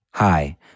Hi